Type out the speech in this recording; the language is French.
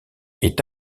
est